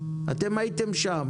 אתם הייתם שם